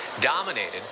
dominated